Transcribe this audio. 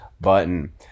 button